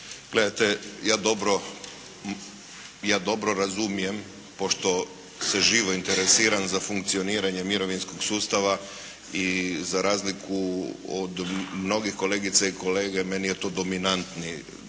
Gledajte, ja dobro razumijem, pošto se živo interesiram za funkcioniranje mirovinskog sustava i za razliku od mnogih kolegica i kolega meni je to dominantno